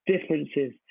differences